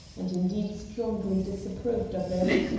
and indeed strongly disapproved of it.